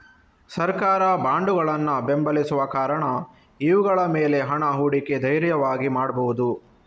ಸರ್ಕಾರ ಬಾಂಡುಗಳನ್ನ ಬೆಂಬಲಿಸುವ ಕಾರಣ ಇವುಗಳ ಮೇಲೆ ಹಣ ಹೂಡಿಕೆ ಧೈರ್ಯವಾಗಿ ಮಾಡ್ಬಹುದು